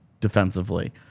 defensively